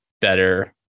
better